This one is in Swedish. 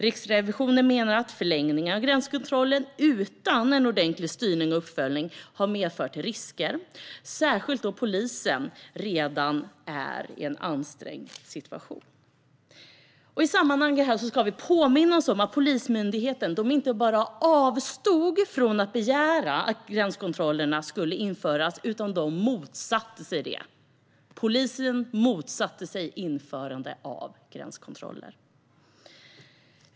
Riksrevisionen menar att förlängningen av gränskontrollerna utan ordentlig styrning och uppföljning medfört risker, särskilt då polisen redan är i en ansträngd situation. I sammanhanget ska vi påminna oss om att Polismyndigheten inte bara avstod från att begära att gränskontrollerna skulle införas utan den motsatte sig det. Polisen motsatte sig införande av gränskontroller.